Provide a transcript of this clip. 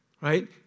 Right